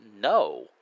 no